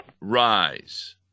rise